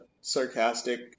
sarcastic